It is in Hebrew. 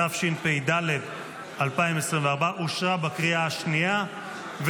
התשפ"ד 2024, אושרה בקריאה השנייה.